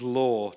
law